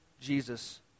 Jesus